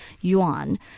yuan